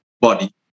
body